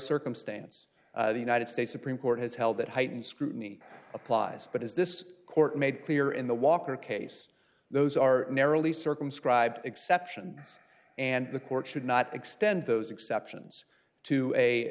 circumstance the united states supreme court has held that heightened scrutiny applies but as this court made clear in the walker case those are narrowly circumscribed exceptions and the court should not extend those exceptions to a